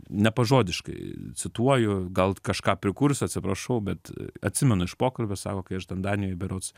nepažodiškai cituoju gal kažką prikursiu atsiprašau bet atsimenu iš pokalbio sako kai aš ten danijoj berods